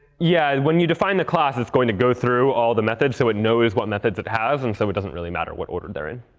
yeah, when you define the class, it's going to go through all the methods. so it knows what methods it has. and so it doesn't really matter what order they're in.